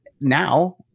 now